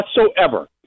whatsoever